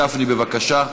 אז חבר הכנסת גפני, בבקשה.